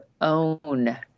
own